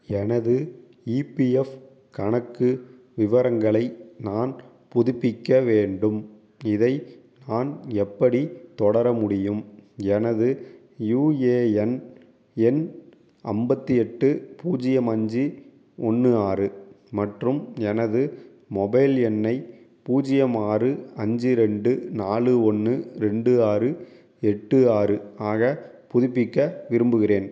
எனது ஈபிஎஃப் கணக்கு விவரங்களை நான் புதுப்பிக்க வேண்டும் இதை நான் எப்படி தொடர முடியும் எனது யுஏஎன் எண் ஐம்பத்தி எட்டு பூஜ்யம் அஞ்சு ஒன்று ஆறு மற்றும் எனது மொபைல் எண்ணை பூஜ்யம் ஆறு அஞ்சு ரெண்டு நாலு ஒன்று ரெண்டு ஆறு எட்டு ஆறு ஆக புதுப்பிக்க விரும்புகிறேன்